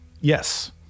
Yes